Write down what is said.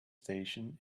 station